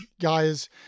guys